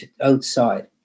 outside